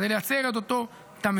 כדי לייצר את אותו תמהיל,